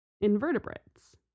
invertebrates